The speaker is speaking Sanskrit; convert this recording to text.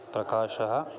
प्रकाशः